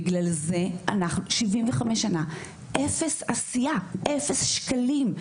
75 שנה אפס עשייה, אפס שקלים.